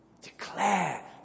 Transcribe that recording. Declare